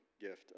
gift